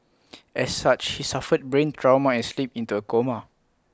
as such he suffered brain trauma and slipped into A coma